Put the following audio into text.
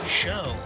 show